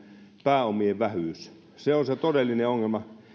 pääomien vähyys se on se todellinen ongelma